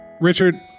Richard